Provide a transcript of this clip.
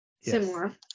similar